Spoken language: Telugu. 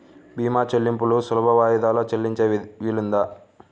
భీమా చెల్లింపులు సులభ వాయిదాలలో చెల్లించే వీలుందా?